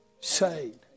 saved